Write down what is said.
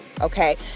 Okay